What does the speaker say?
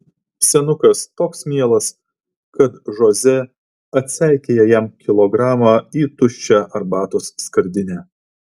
senukas toks mielas kad žoze atseikėja jam kilogramą į tuščią arbatos skardinę